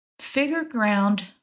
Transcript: figure-ground